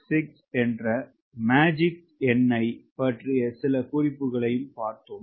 866 என்ற மேஜிக் எண்ணை பற்றிய சில குறிப்புகளையும் பார்த்தோம்